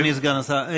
אדוני סגן השר.